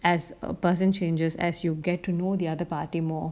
as a person changes as you get to know the other party more